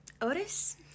Otis